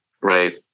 right